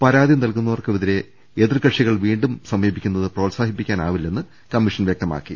പരാതി നൽകുന്നവർക്കെതിരെ എതിർ കക്ഷികൾ വീണ്ടും സമീപിക്കുന്നത് പ്രോത്സാഹിപ്പിക്കാൻ ആവി ല്ലെന്ന് കമ്മീഷൻ വ്യക്തമാക്കി